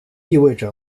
意味着